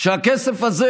שהכסף הזה,